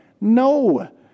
No